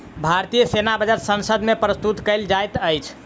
भारतीय सेना बजट संसद मे प्रस्तुत कयल जाइत अछि